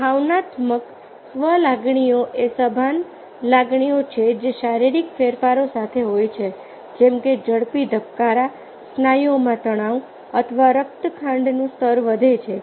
ભાવનાત્મક સ્વ લાગણીઓ એ સભાન લાગણીઓ છે જે શારીરિક ફેરફારો સાથે હોય છે જેમ કે ઝડપી ધબકારા સ્નાયુઓમાં તણાવ અથવા રક્ત ખાંડનું સ્તર વધે છે